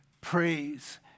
praise